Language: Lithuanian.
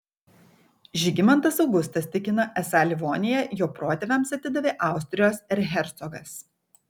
žygimantas augustas tikina esą livoniją jo protėviams atidavė austrijos erchercogas